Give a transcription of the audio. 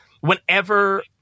whenever